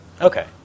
Okay